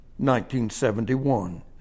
1971